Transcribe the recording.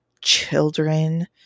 children